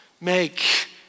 make